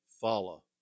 follow